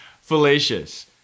fallacious